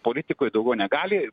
politikoj daugiau negali